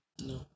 No